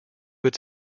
its